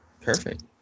perfect